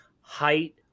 height